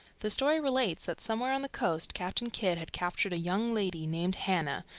the story relates that somewhere on the coast captain kidd had captured a young lady named hannah,